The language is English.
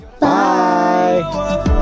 Bye